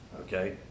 okay